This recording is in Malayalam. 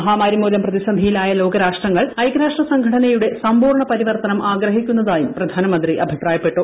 മഹാമാരി മൂലം പ്രതിസന്ധിയിലായ ലോകരാഷ്ട്രങ്ങൾ ഐക്യരാഷ്ട്രസംഘടനയുടെ സമ്പൂർണ്ണ പരിവർത്തനം ആഗ്രഹിക്കുന്നതായും പ്രധാനമന്ത്രി പറഞ്ഞു